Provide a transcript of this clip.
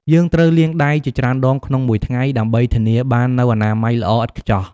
យើងត្រូវលាងដៃជាច្រើនដងក្នុងមួយថ្ងៃ ដើម្បីធានាបាននូវអនាម័យល្អឥតខ្ចោះ។